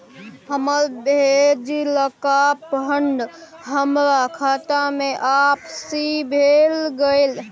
हमर भेजलका फंड हमरा खाता में आपिस भ गेलय